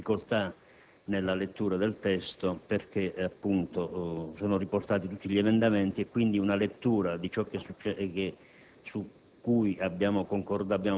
c'è una difficoltà nella lettura del testo perché sono riportati tutti gli emendamenti, e quindi una lettura di quello su